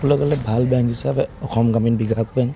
ক'বলে গ'লে ভাল বেংক হিচাপে অসম গ্ৰামীণ বিকাশ বেংক